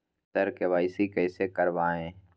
sir KYC कैसे करवाएं